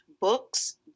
Books